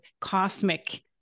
cosmic